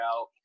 out